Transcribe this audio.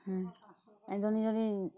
এজনী যদি